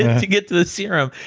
and to get to the serum.